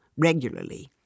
regularly